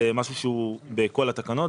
זה משהו שהוא בכל התקנות.